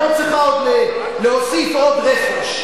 את לא צריכה להוסיף עוד רפש.